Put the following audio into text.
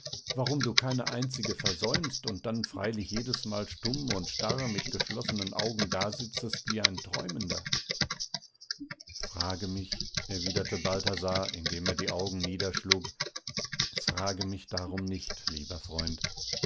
warum du keine einzige versäumst und dann freilich jedesmal stumm und starr mit geschlossenen augen dasitzest wie ein träumender frage mich erwiderte balthasar indem er die augen niederschlug frage mich darum nicht lieber freund